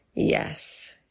Yes